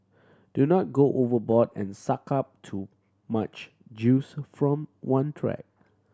do not go overboard and suck up too much juice from one track